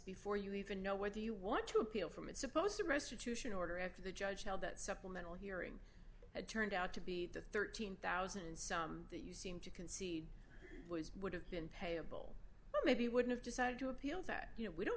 before you even know whether you want to appeal from it's supposed to restitution order after the judge held that supplemental hearing that turned out to be the thirteen thousand dollars some that you seem to concede was would have been payable but maybe would have decided to appeal that you know we don't